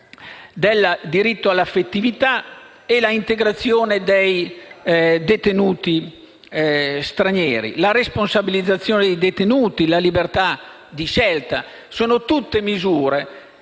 del diritto all'affettività, l'integrazione dei detenuti stranieri, la responsabilizzazione dei detenuti e la libertà di scelta. Questi sono tutti criteri